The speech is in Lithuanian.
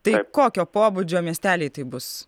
tai kokio pobūdžio miesteliai tai bus